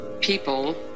people